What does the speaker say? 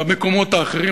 במקומות האחרים,